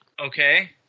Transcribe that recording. Okay